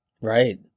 Right